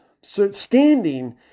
standing